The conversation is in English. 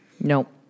Nope